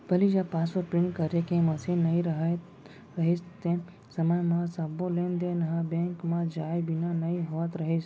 पहिली जब passbook print करे के मसीन नइ रहत रहिस तेन समय म सबो लेन देन ह बेंक म जाए बिना नइ होवत रहिस